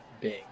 big